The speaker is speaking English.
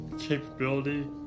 capability